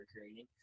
creating